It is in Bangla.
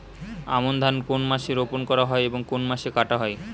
আমন ধান কোন মাসে রোপণ করা হয় এবং কোন মাসে কাটা হয়?